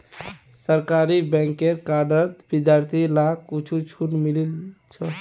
सरकारी बैंकेर कार्डत विद्यार्थि लाक कुछु छूट मिलील छ